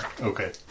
Okay